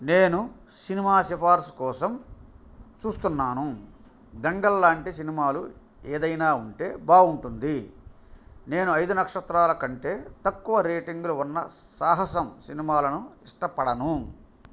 నేను సినిమా సిఫార్సు కోసం చూస్తున్నాను దంగల్ లాంటి సినిమాలు ఏదైనా ఉంటే బాగుంటుంది నేను ఐదు నక్షత్రాలు కంటే తక్కువ రేటింగ్లు ఉన్న సాహసం సినిమాలను ఇష్టపడను